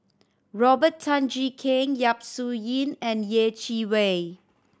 Robert Tan Jee Keng Yap Su Yin and Yeh Chi Wei